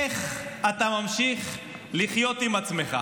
איך אתה ממשיך לחיות עם עצמך?